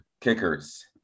kickers